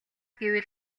гэвэл